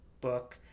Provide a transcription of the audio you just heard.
book